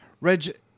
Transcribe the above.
reg